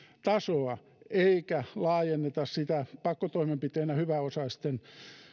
tasoa eikä laajenneta sitä pakkotoimenpiteenä hyväosaisten